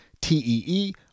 TEE